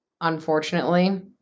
unfortunately